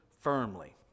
firmly